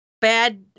bad